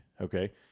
okay